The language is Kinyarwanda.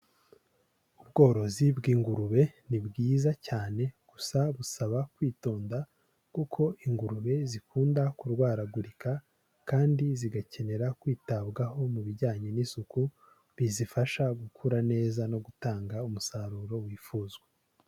Ubworozi bw'ingurube ni bwiza cyane gusa busaba kwitonda, kuko ingurube zikunda kurwaragurika, kandi zigakenera kwitabwaho mu bijyanye n'isuku, bizifasha gukura neza no gutanga umusaruro wifuzwa.